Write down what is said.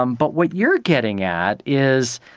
um but what you're getting at is,